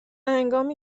هنگامی